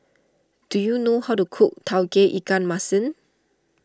do you know how to cook Tauge Ikan Masin